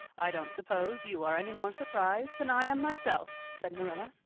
i don't suppose you are any more surprised than i am myself, said marilla.